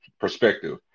perspective